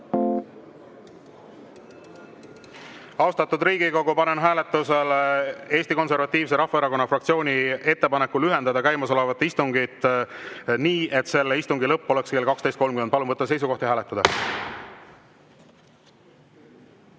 Austatud Riigikogu, panen hääletusele Eesti Konservatiivse Rahvaerakonna fraktsiooni ettepaneku lühendada käimasolevat istungit nii, et selle istungi lõpp oleks kell 12.30. Palun võtta seisukoht ja hääletada!